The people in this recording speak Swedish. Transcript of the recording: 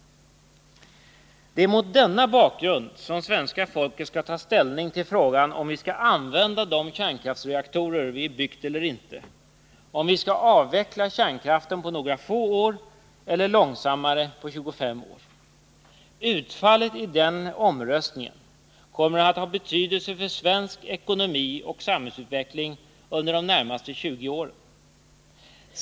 Det är mot denna bakgrund som svenska folket skall ta ställning till frågan om vi skall använda de kärnkraftsreaktorer vi byggt, eller inte, om vi skall avveckla kärnkraften på några få år eller långsammare på 25 år. Utfallet i den omröstningen kommer att ha betydelse för svensk ekonomi och samhällsutveckling under de närmaste 20 åren.